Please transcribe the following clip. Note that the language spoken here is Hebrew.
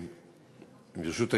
ברשותך,